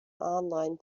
online